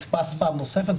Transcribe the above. נתפס פעם נוספת,